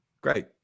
great